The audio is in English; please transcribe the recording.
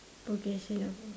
progression